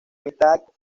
mitad